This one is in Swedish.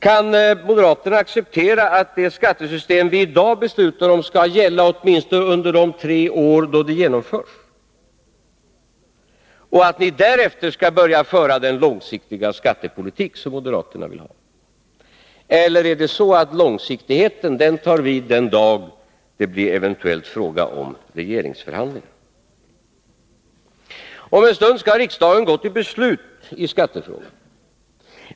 Kan moderaterna acceptera att det skattesystem vi i dag beslutar om skall gälla åtminstone under de tre år då det genomförs och att ni därefter skall börja med den långsiktiga skattepolitik som moderaterna vill ha? Eller är dét så att långsiktigheten tar vid den dag då det eventuellt blir fråga om regeringsförhandlingar? Om en stund skall riksdagen gå till beslut i skattefrågan.